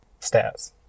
stats